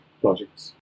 projects